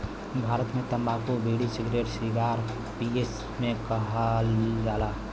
भारत मे तम्बाकू bidi, cigarette cigar पिए मे कइल जाला